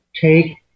take